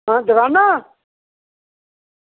हां दकानै दा